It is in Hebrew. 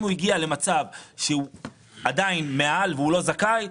אם הוא הגיע למצב שהוא עדיין מעל והוא לא זכאי,